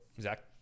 Zach